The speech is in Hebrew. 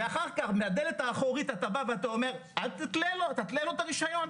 אחר כך מהדלת האחורית אתה אומר אל תתלה לו את הרישיון,